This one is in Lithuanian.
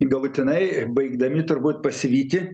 galutinai baigdami turbūt pasivyti